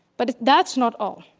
but that's not all.